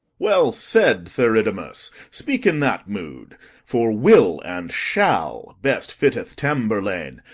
well said, theridamas! speak in that mood for will and shall best fitteth tamburlaine,